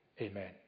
Amen